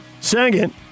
Second